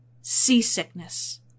Seasickness